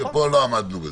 ופה לא עמדנו בזה.